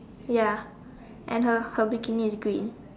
ya and her her bikini is green